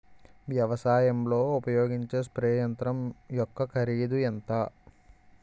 వ్యవసాయం లో ఉపయోగించే స్ప్రే యంత్రం యెక్క కరిదు ఎంత?